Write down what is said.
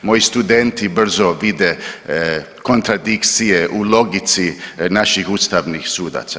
Moji studenti brzo vide kontradikcije u logici naših ustavnih sudaca.